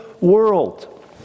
world